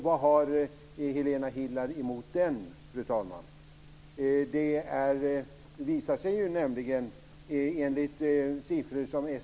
Vad har Helena Hillar Rosenqvist emot den, fru talman?